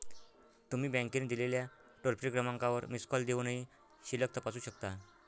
तुम्ही बँकेने दिलेल्या टोल फ्री क्रमांकावर मिस कॉल देऊनही शिल्लक तपासू शकता